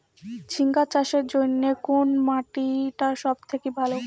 ঝিঙ্গা চাষের জইন্যে কুন মাটি টা সব থাকি ভালো?